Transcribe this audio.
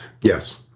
Yes